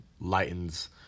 lightens